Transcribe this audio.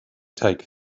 take